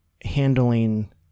handling